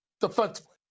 defensively